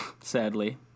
sadly